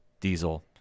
Diesel